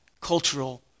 cultural